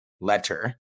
letter